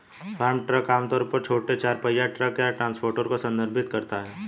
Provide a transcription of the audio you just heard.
farm truck आम तौर पर छोटे चार पहिया ट्रक या ट्रांसपोर्टर को संदर्भित करता है